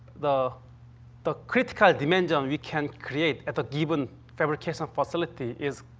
the the critical dimension we can create at the gibbon fabrication facility is